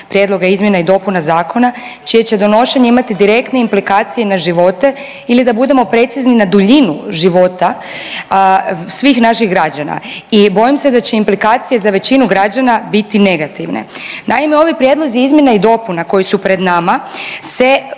prijedloga izmjena i dopuna zakona čije će donošenje imati direktne implikacije na živote ili da budemo precizni na duljinu života svih naših građana i bojim se da će implikacije za većinu građana biti negativne. Naime, ovi prijedlozi izmjena i dopuna koji su pred nama se, i